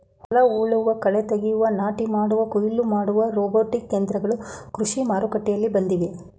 ಹೊಲ ಉಳುವ, ಕಳೆ ತೆಗೆಯುವ, ನಾಟಿ ಮಾಡುವ, ಕುಯಿಲು ಮಾಡುವ ರೋಬೋಟಿಕ್ ಯಂತ್ರಗಳು ಕೃಷಿ ಮಾರುಕಟ್ಟೆಯಲ್ಲಿ ಬಂದಿವೆ